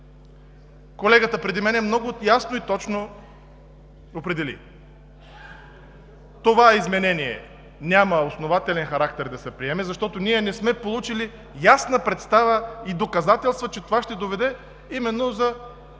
Колегата преди мен много ясно и точно определи – това изменение няма основателен характер да се приеме, защото ние не сме получили ясна представа и доказателства, че то ще доведе именно до тези